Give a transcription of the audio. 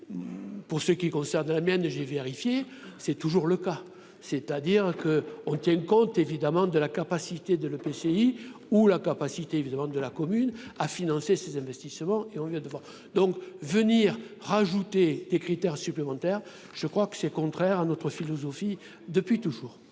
pour ce qui concerne la mienne, j'ai vérifié, c'est toujours le cas, c'est-à-dire que, on tient compte évidemment de la capacité de l'EPCI ou la capacité, évidemment, de la commune à financer ces investissements et on vient de voir donc venir rajouter des critères supplémentaires, je crois que c'est contraire à notre philosophie depuis toujours.